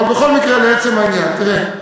אבל בכל מקרה, לעצם העניין, תראה,